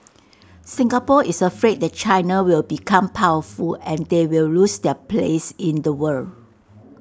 Singapore is afraid that China will become powerful and they will lose their place in the world